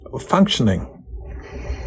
functioning